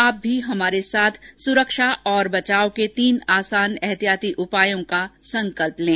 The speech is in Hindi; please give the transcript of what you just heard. आप भी हमारे साथ सुरक्षा और बचाव के तीन आसान एहतियाती उपायों का संकल्प लें